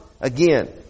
again